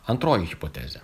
antroji hipotezė